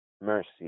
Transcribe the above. Mercy